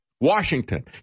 Washington